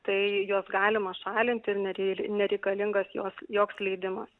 tai juos galima šalinti ir ne nereikalingas jos joks leidimas